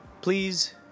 Please